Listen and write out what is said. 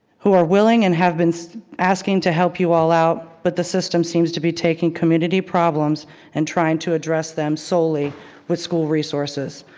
who are willing and have been so asking to help you all out but the system seems to be taking community problems and trying to address them solely with school resources.